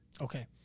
Okay